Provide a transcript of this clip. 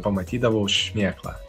pamatydavau šmėklą